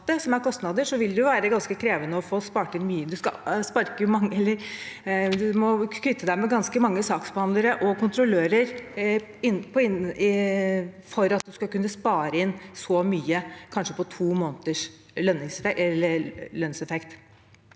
det være ganske krevende å få spart inn mye. Man må kvitte seg med ganske mange saksbehandlere og kontrollører for at man skal kunne spare inn så mye, kanskje på to måneders lønnseffekt.